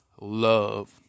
love